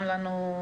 נצא